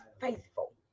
faithful